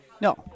No